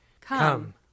Come